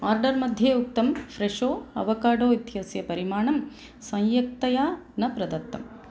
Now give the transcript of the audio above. order मध्ये उक्तं Fresho avocado इत्यस्य परिमाणं सम्यक्तया न प्रदत्तम्